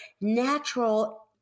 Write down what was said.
natural